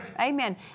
Amen